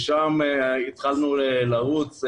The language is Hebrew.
משם התחלנו לרוץ.